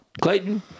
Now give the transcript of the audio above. Clayton